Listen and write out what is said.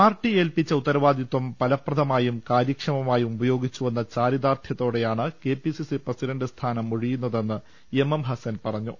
party ഏൽപിച്ച ഉത്തരവാദിത്വം ഫലപ്രദമായും കാര്യക്ഷമമായും ഉപയോ ഗിച്ചുവെന്ന ചാരിതാർഥ്യത്തോടെയാണ് കെപിസിസി പ്രസിഡന്റ് സ്ഥാനം ഒഴി യുന്നതെന്ന് എം എം ഹസ്സൻ പറഞ്ഞു